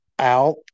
out